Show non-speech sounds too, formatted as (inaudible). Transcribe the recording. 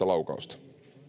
(unintelligible) laukausta